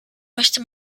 möchte